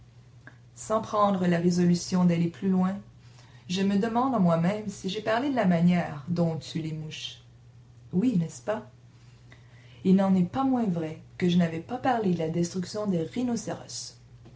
sans prendre la résolution d'aller plus loin je me demande en moi-même si j'ai parlé de la manière dont on tue les mouches oui n'est-ce pas il n'en est pas moins vrai que je n'avais pas parlé de la destruction des rhinocéros